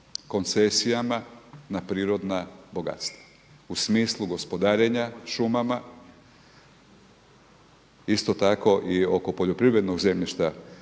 koncesijama na prirodna bogatstva u smislu gospodarenja šumama, isto tako i oko poljoprivrednog zemljišta